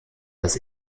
das